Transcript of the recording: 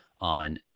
on